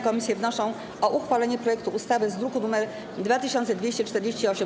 Komisje wnoszą o uchwalenie projektu ustawy z druku nr 2248.